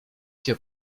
się